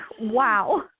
wow